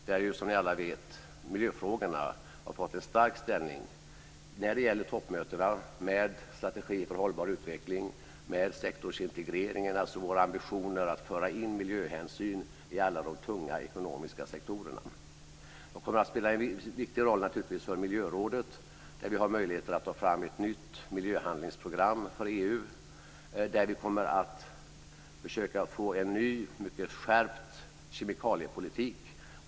Där har ju, som ni alla vet, miljöfrågorna fått en stark ställning när det gäller toppmötena med strategi för hållbar utveckling och med sektorsintegreringen, alltså våra ambitioner att föra in miljöhänsyn i alla de tunga ekonomiska sektorerna. De kommer naturligtvis att spela en viktig roll för miljörådet, där vi har möjligheter att ta fram ett nytt miljöhandlingsprogram för EU och där vi kommer att försöka få en ny mycket skärpt kemikaliepolitik.